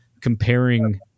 comparing